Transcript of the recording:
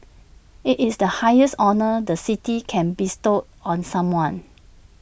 IT is the highest honour the city can bestow on someone